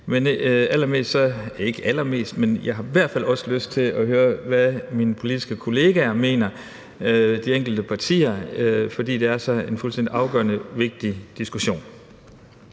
eller måske ikke allermest, men jeg har i hvert fald også lyst til at høre, hvad mine politiske kolleger i de enkelte partier mener, fordi det er en så fuldstændig afgørende og vigtig diskussion.